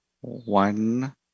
one